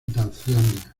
tanzania